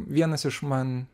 vienas iš man